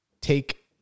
take